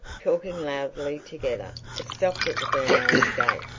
talking loudly together. it stopped at the burnells' gate.